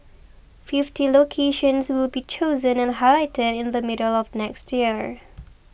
fifty locations will be chosen and highlighted in the middle of next year